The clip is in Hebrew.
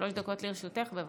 שלוש דקות לרשותך, בבקשה.